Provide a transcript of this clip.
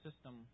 system